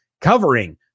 covering